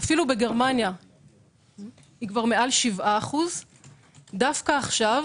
ואפילו בגרמניה היא כבר מעל 7%. דווקא עכשיו